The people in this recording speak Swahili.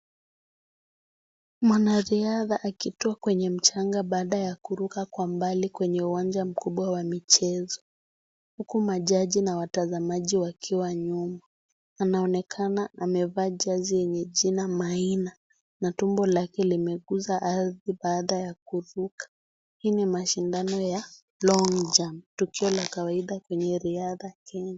Mwanariadha akitua kwenye mchanga baada ya kuruka Kwa mbali kwenye uwanja mkubwa wa michezo huku majaji na watazamaji wakiwa nyuma, anaonekana amevaa jezi yenye jina Maina na tumbo lake limeguza ardhi baada ya kuvuka . Hii ni mashindano (CS)long jump(CS )tukio la kawaida kwenye riadha Kenya.